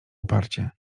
uparcie